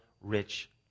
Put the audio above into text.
rich